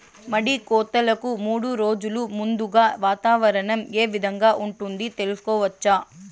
మడి కోతలకు మూడు రోజులు ముందుగా వాతావరణం ఏ విధంగా ఉంటుంది, తెలుసుకోవచ్చా?